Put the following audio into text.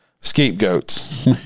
scapegoats